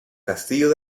castillo